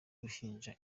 ruhinja